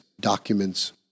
documents